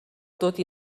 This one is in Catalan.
tot